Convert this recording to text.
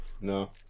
no